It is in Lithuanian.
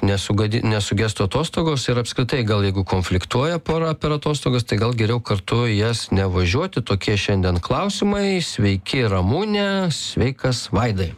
nesugadi nesugestų atostogos ir apskritai gal jeigu konfliktuoja pora per atostogas tai gal geriau kartu į jas nevažiuoti tokie šiandien klausimai sveiki ramune sveikas vaidai